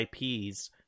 ips